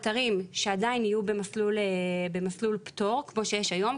אתרים שעדיין יהיו במסלול פטור כמו שיש היום,